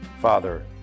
father